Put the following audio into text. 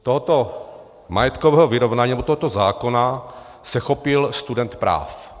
Tohoto majetkového vyrovnání, nebo tohoto zákona se chopil student práv.